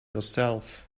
yourself